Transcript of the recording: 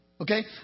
Okay